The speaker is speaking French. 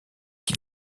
qui